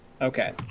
Okay